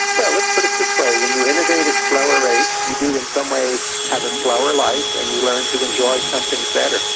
well let's put it this way when you innovate at slower rates, you do in some ways have a slower life and you learn to enjoy some things better.